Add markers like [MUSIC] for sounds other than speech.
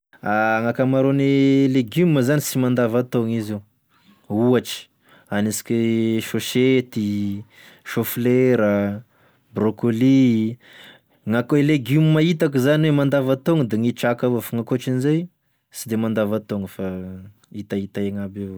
[HESITATION] Gn'akamaroany e legioma zany sy mandavataongy izy io ohatry anisika hoe e sôety ,chou flera, brocolie gn'ako e legioma hitako zany mandavataogny da gne traka avao fa akoatrinizay sy de mandava taogny fa hitahita engy aby evao izy aloha.